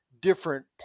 different